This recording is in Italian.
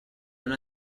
una